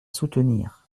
soutenir